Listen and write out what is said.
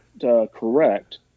correct